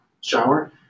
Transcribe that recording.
shower